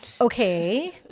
okay